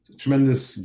tremendous